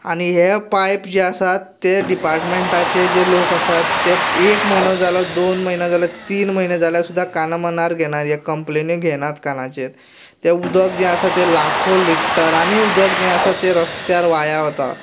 आनी हें पायप जे आसा तेंं डिपार्टमेंटाचे जे लोक आसात ते एक म्हयनो जालो दोन म्हयनो जाले तीन म्हयने जाले सुद्दां काना मनार घेना हे कम्पलेनी घेनांत कानाचेर तें उदक जें आसा तें लाखो लिटरांनी जें आसा तें रस्त्यार वाया वता